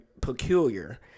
Peculiar